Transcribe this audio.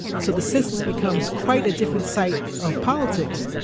so the census becomes quite a different sight of politics,